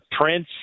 Prince